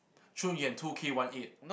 Chun Yuan two K one eight